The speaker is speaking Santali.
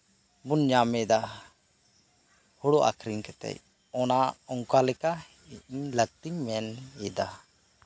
ᱵᱚᱱ ᱧᱟᱢᱮᱫᱟ ᱦᱳᱲᱳ ᱟᱠᱷᱨᱤᱧ ᱠᱟᱛᱮᱜ ᱚᱱᱟ ᱚᱱᱠᱟ ᱞᱮᱠᱟ ᱤᱧ ᱞᱟᱹᱠᱛᱤᱧ ᱢᱮᱱ ᱮᱫᱟ